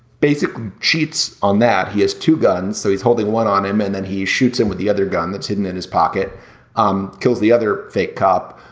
cheats on that. he has two guns. so he's holding one on him and then he shoots him with the other gun that's hidden in his pocket um kills the other fake cop.